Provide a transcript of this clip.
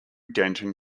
dentin